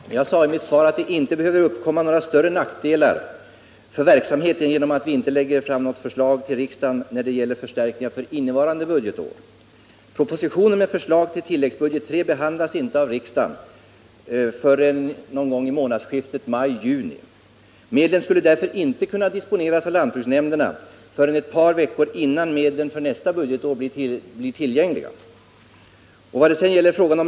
Herr talman! Jag sade i mitt svar att det inte behöver uppkomma några större nackdelar för verksamheten på grund av att vi inte lägger fram något förslag till riksdagen om förstärkningar innevarande budgetår. Propositionen med förslag till tilläggsbudget III behandlas inte av riksdagen förrän i månadsskiftet maj-juni. Medlen skulle därför inte kunna disponeras av lantbruksnämnderna förrän ett par veckor innan medlen för nästa budgetår blir tillgängliga.